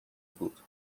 بود